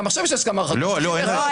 גם עכשיו יש הסכמה רחבה 61. לא, אין בכלל.